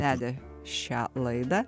vedė šią laidą